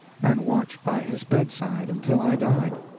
and watch by his bedside until i died.